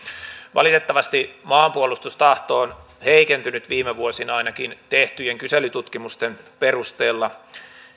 valitettavasti maanpuolustustahto on heikentynyt viime vuosina ainakin tehtyjen kyselytutkimusten perusteella